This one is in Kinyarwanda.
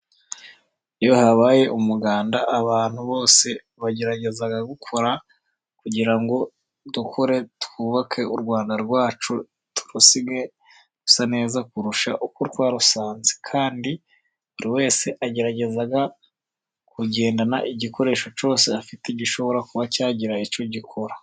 Iyo habaye umuganda, abantu bose bagerageza gukora kugira ngo dukore twubake u Rwanda rwacu, turusige rusa neza kurusha uko twarusanze, kandi buri wese agerageza kugendana igikoresho cyose afite, gishobora kuba cyagira icyo gikora.